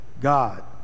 God